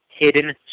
hidden